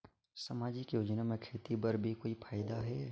समाजिक योजना म खेती बर भी कोई फायदा है?